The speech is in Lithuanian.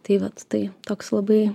tai vat tai toks labai